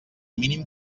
mínim